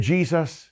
Jesus